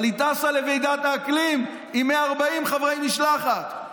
אבל היא טסה לוועידת האקלים עם 140 חברי משלחת.